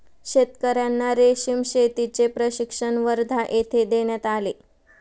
शेतकर्यांना रेशीम शेतीचे प्रशिक्षण वर्धा येथे देण्यात आले